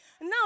Now